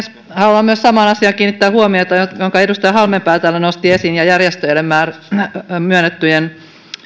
haluan myös kiinnittää huomiota samaan asiaan jonka edustaja halmeenpää täällä nosti esiin ja järjestöille myönnettyjen